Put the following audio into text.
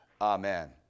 Amen